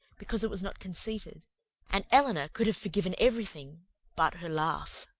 because it was not conceited and elinor could have forgiven every thing but her laugh.